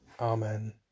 Amen